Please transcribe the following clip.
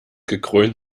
gekrönt